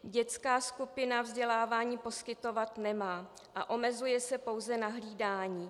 Dětská skupina vzdělávání poskytovat nemá a omezuje se pouze na hlídání.